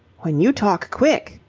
when you talk quick,